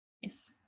Yes